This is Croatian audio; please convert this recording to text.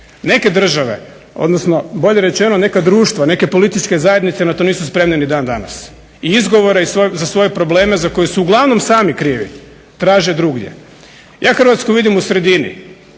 Neke države odnosno bolje rečeno neka društva, neke političke zajednice na to nisu spremne ni dan danas i izgovore za svoje probleme za koje su uglavnom sami krivi traže drugdje. Ja Hrvatsku vidim u sredini,